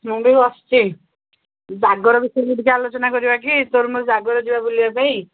ମୁଁ ବି ବସିଛି ଜାଗର ବିଷୟରେ ଟିକେ ଆଲୋଚନା କରିବାକି ତୋର ମୋର ଜାଗର ଯିବା ବୁଲିବା ପାଇଁ